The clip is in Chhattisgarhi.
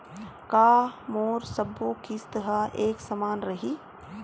का मोर सबो किस्त ह एक समान रहि?